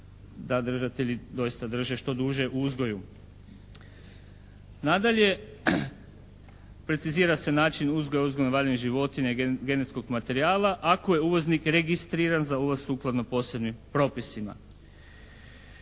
da držatelji doista drže što duže uzgoju. Nadalje, precizira se način uzgoja uzgojno-valjanih životinja i genetskog materijala ako je uvoznik registriran za uvoz sukladno posebnim propisima.